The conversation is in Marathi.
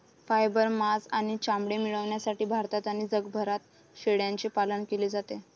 फायबर, मांस आणि चामडे मिळविण्यासाठी भारतात आणि जगभरात शेळ्यांचे पालन केले जाते